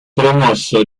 promosso